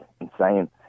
insane